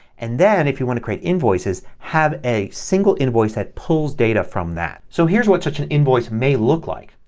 and then if you want to create invoices have a single invoice that pulls data from that. so here's what such an invoice may look like.